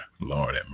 Lord